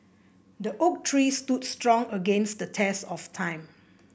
the oak tree stood strong against the test of time